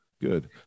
Good